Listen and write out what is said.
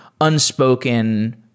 unspoken